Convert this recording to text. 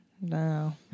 No